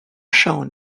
shown